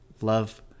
love